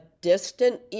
distant